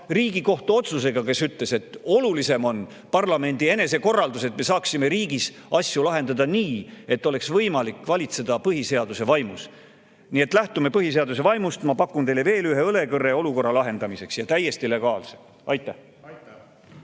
Riigikohtu otsusega, kus öeldi, et olulisem on parlamendi enesekorraldus, et me saaksime riigis asju lahendada nii, et oleks võimalik valitseda põhiseaduse vaimus. Nii et lähtume põhiseaduse vaimust. Ma pakun teile veel ühe õlekõrre olukorra lahendamiseks, ja seda täiesti legaalselt. Aitäh!